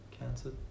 cancer